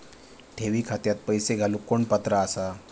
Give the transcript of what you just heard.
ठेवी खात्यात पैसे घालूक कोण पात्र आसा?